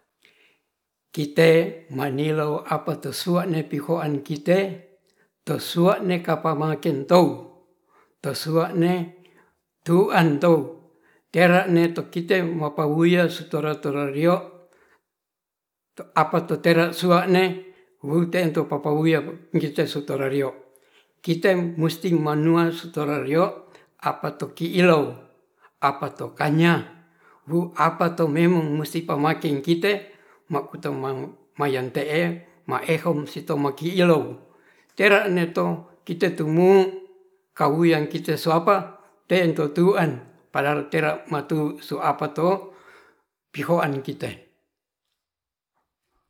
Kite manilo apeto sua'ne pi'hoan kite to' sua'ne kapa maken tou to sua'ne tuan tou tera ne to kite mapauye sitoro-toro rio to apa to tera sua'ne hute tu papa wuyer kite so torario kite musti manul si torario apato ki'ilou apato kanya wuu' apato memang musti pamaking kite makuto ma-mayan te'e maeho sitou makilou tera ne' to kite tumu kawuyan kite suapa ten tutu'an padahal tera matu so apato piho'an kite